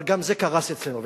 אבל גם זה קרס אצלנו.